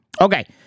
Okay